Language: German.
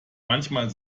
manchmal